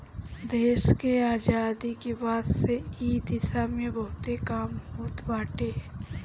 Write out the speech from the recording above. देस के आजादी के बाद से इ दिशा में बहुते काम होत बाटे